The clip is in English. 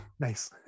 Nice